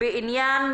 בעניין